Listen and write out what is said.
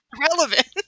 relevant